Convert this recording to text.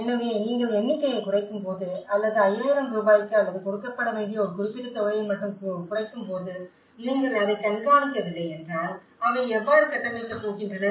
எனவே நீங்கள் எண்ணிக்கையை குறைக்கும்போது அல்லது 5000 ரூபாய்க்கு அல்லது கொடுக்கப்பட வேண்டிய ஒரு குறிப்பிட்ட தொகையை மட்டும் குறைக்கும்போது நீங்கள் அதை கண்காணிக்கவில்லை என்றால் அவை எவ்வாறு கட்டமைக்கப் போகின்றன